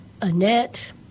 annette